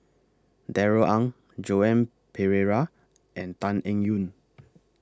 Darrell Ang Joan Pereira and Tan Eng Yoon